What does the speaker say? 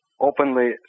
openly